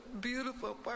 beautiful